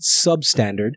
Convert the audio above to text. substandard